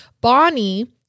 Bonnie